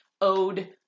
ode